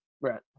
Right